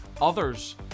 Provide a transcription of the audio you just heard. others